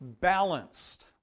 balanced